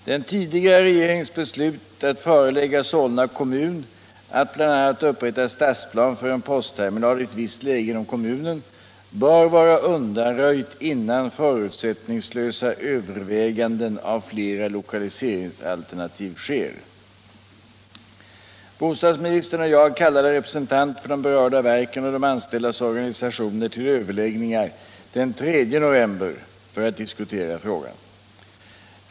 Den tidigare regeringens beslut att förelägga Solna kommun att bl.a. upprätta stadsplan för en postterminal i ett visst läge inom kommunen bör vara undanröjt innan förutsättningslösa överväganden av flera lokaliseringsalternativ sker. Bostadsministern och jag kallade representanter för de berörda verken och de anställdas organisationer till överläggningar den 3 november för att diskutera frågan.